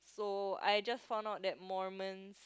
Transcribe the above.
so I just found out that Mormons